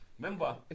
Remember